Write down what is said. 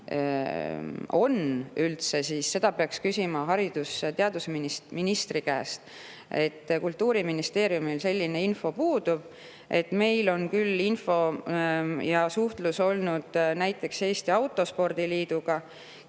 on, siis seda peaks küsima haridus‑ ja teadusministri käest. Kultuuriministeeriumil selline info puudub. Meil on küll suhtlust olnud näiteks Eesti Autospordi Liiduga,